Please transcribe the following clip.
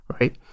right